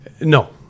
no